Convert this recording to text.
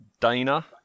Dana